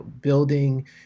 building